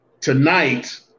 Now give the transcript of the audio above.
tonight